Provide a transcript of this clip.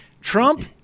Trump